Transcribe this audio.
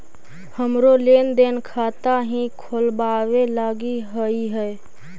हमरो लेन देन खाता हीं खोलबाबे लागी हई है